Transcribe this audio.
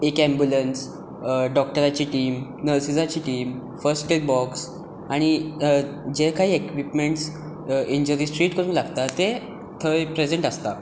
एक एँबुलन्स डॉक्टराची टीम नर्सिसांची टीम फस्ट एड बॉक्स आनी जे काय एक्विपमेंट्स इंजरीक ट्रिट करूंक लागतात ते थंय प्रेजंट आसता